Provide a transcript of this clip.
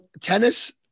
tennis